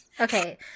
okay